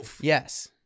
Yes